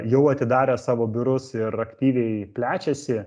jau atidarę savo biurus ir aktyviai plečiasi